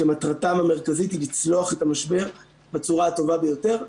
שמטרתם המרכזית היא לצלוח את המשבר בצורה הטובה ביותר.